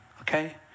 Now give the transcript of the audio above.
Okay